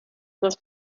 dos